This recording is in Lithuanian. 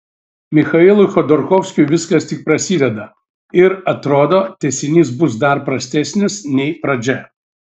michailui chodorkovskiui viskas tik prasideda ir atrodo tęsinys bus dar prastesnis nei pradžia